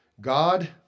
God